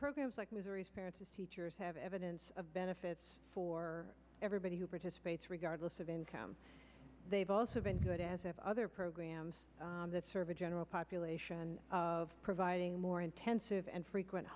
programs like missouri's parents teachers have evidence of benefits for everybody who participates regardless of income they've also been good as have other programs that serve a general population of providing more intensive and frequent